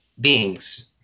beings